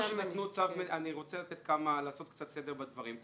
אני רוצה לעשות קצת סדר בדברים.